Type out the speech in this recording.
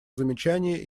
замечания